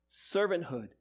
servanthood